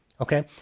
Okay